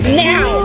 now